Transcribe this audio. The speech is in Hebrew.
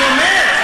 אז אני אומר,